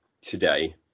today